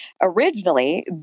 originally